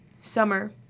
summer